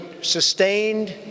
sustained